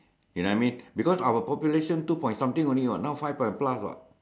you know I mean because our population two point something only what now five point plus what